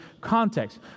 context